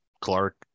Clark